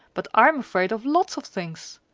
but i'm afraid of lots of things!